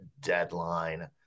deadline